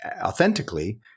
authentically